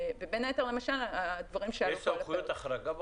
יש סמכויות החרגה בחוק?